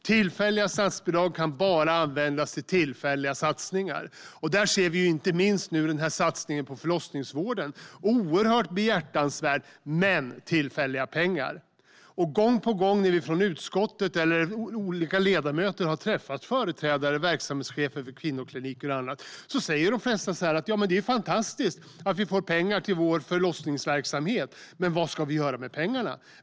Tillfälliga statsbidrag kan bara användas till tillfälliga satsningar. Här finns nu inte minst satsningen på förlossningsvården. Det är en oerhört behjärtansvärd satsning, men det är fråga om tillfälliga pengar. Gång på gång när ledamöter har träffat företrädare, verksamhetschefer, för kvinnokliniker säger de flesta att det är fantastiskt att få pengar till förlossningsverksamheten, men de undrar vad de ska göra med pengarna.